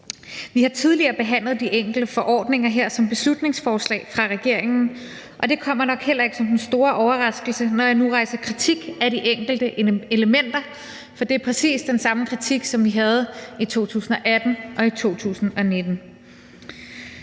Vi har tidligere behandlet de enkelte forordninger som beslutningsforslag fra regeringen, og det kommer nok heller ikke som den store overraskelse, når jeg nu rejser kritik af de enkelte elementer, for det er præcis den samme kritik, som vi havde i 2018 og i 2019.